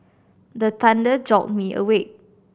the thunder jolt me awake